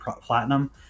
platinum